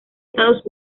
estados